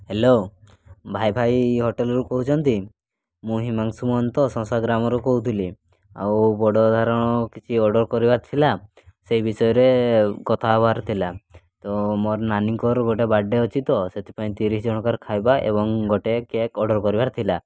hello ଭାଇ ଭାଇ ହୋଟେଲ୍ରୁ କହୁଛନ୍ତି ମୁଁ ହିମାଂଶୁ ମହନ୍ତ ସଂସାର ଗ୍ରାମରୁ କହୁଥିଲି ଆଉ ବଡ଼ ଧାରଣ କିଛି ଅର୍ଡ଼ର୍ କରିବାର ଥିଲା ସେହି ବିଷୟରେ କଥା ହେବାର ଥିଲା ତ ମୋର ନାନୀଙ୍କର ଗୋଟେ ବାର୍ଥ ଡ଼େ' ଅଛି ତ ସେଥିପାଇଁ ତିରିଶ ଜଣଙ୍କ ଖାଇବା ଏବଂ ଗୋଟେ କେକ୍ ଅର୍ଡ଼ର୍ କରିବାର ଥିଲା